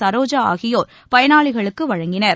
சரோஜாஆகியோர் பயனாளிகளுக்குவழங்கினர்